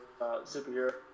Superhero